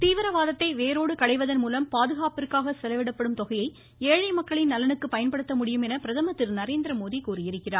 தீவிரவாதத்தை வேரோடு களைவதன் மூலம் பாதுகாப்பிற்காக செலவிடப்படும் தொகையை ஏழை மக்களின் நலனுக்கு பயன்படுத்த முடியும் என பிரதமர் திரு நரேந்திரமோடி கூறியிருக்கிறார்